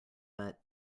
but